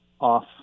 off